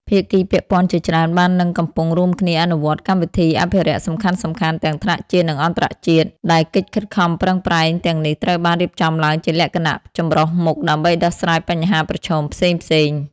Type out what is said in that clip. ភាគីពាក់ព័ន្ធជាច្រើនបាននិងកំពុងរួមគ្នាអនុវត្តកម្មវិធីអភិរក្សសំខាន់ៗ ទាំងថ្នាក់ជាតិ និងអន្តរជាតិ ដែលកិច្ចខិតខំប្រឹងប្រែងទាំងនេះត្រូវបានរៀបចំឡើងជាលក្ខណៈចម្រុះមុខ ដើម្បីដោះស្រាយបញ្ហាប្រឈមផ្សេងៗ។